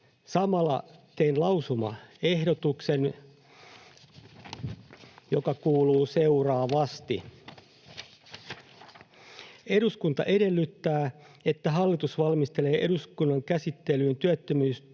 Samalla teen lausumaehdotuksen, joka kuuluu seuraavasti: ”Eduskunta edellyttää, että hallitus valmistelee eduskunnan käsittelyyn